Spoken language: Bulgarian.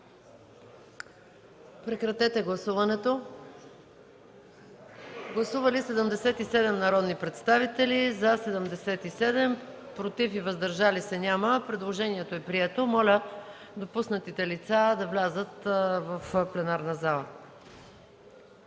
Имамов лица. Гласували 77 народни представители: за 77, против и въздържали се няма. Предложението е прието. Моля допуснатите лица да влязат в пленарната зала.